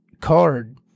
card